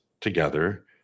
together